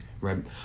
right